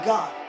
God